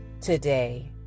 today